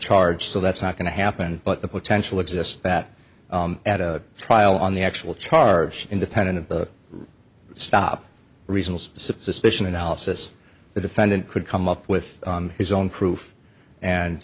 charged so that's not going to happen but the potential exists that at a trial on the actual charge independent of the stop reasonable suspicion analysis the defendant could come up with his own proof and